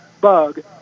bug